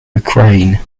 ukraine